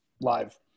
live